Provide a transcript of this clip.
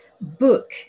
book